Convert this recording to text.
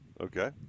okay